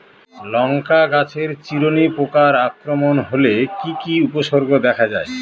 লঙ্কা গাছের চিরুনি পোকার আক্রমণ হলে কি কি উপসর্গ দেখা যায়?